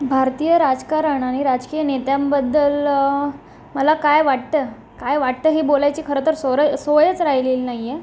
भारतीय राजकारण आणि राजकीय नेत्यांबद्दल मला काय वाटतं काय वाटतं हे बोलायची खरंतर सोरय सोयच राहिलेली नाई आहे